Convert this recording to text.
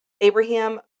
Abraham